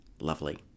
lovely